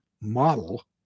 model